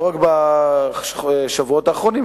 לא רק בשבועות האחרונים,